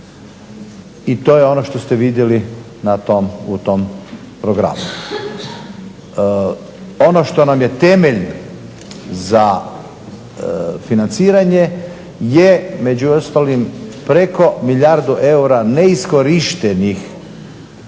i to je ono što ste vidjeli u tom programu. Ono što nam je temelj za financiranje je među ostalim preko milijardu eura neiskorištenih